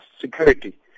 security